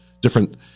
different